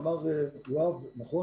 אמר יואב סגלוביץ' נכון,